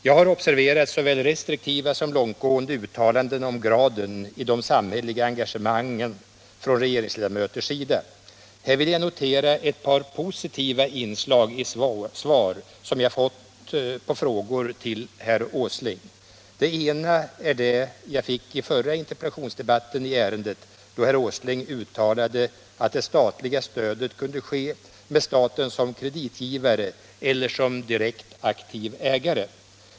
Jag har observerat såväl restriktiva som långtgående uttalanden om graden i de samhälleliga engagemangen från regeringsledamöters sida. Här vill jag notera ett par positiva inslag i svar som jag fått på frågor till herr Åsling. Det ena är det jag fick i förra interpellationsdebatten i ärendet, då herr Åsling uttalade att det statliga stödet kunde ske med staten som kreditgivare eller som direkt aktiv ägare.